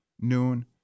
noon